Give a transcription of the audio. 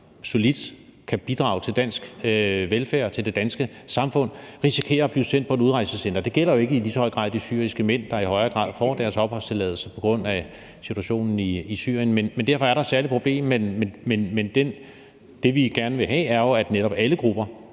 som solidt kan bidrage til dansk velfærd, til det danske samfund – at risikere at blive sendt til et udrejsecenter. Det gælder jo ikke i lige så høj grad de syriske mænd, der i højere grad får deres opholdstilladelse på grund af situationen i Syrien, og derfor er der et særligt problem. Men det, vi gerne vil have, er jo, at netop alle grupper,